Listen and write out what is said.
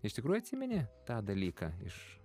iš tikrųjų atsimeni tą dalyką iš